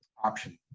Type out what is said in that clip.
option.